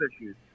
issues